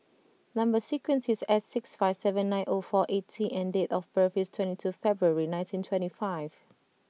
number sequence is S six five seven nine O four eight T and date of birth is twenty two February nineteen twenty five